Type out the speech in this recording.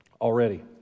already